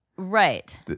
Right